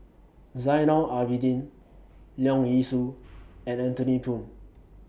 Zainal Abidin Leong Yee Soo and Anthony Poon